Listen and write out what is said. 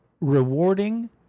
...rewarding